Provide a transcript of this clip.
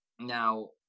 Now